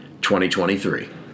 2023